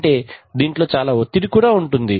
అంటే దీంట్లో చాలా ఒత్తిడి కూడా ఉంది